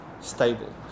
stable